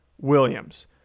Williams